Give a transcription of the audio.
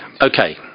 Okay